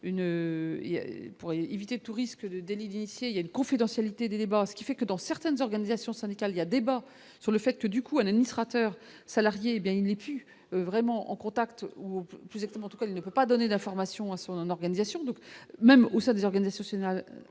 Pour éviter tout risque de délit d'initié il y a une confidentialité des débats, ce qui fait que dans certaines organisations syndicales y a débat sur le fait que, du coup, un administrateur salarié, hé bien il n'est plus vraiment en contact, vous êtes en tout cas, elle ne peut pas donner d'informations à son organisation, donc, même au sein des organes asocial